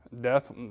death